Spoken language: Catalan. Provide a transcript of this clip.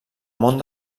món